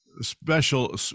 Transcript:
special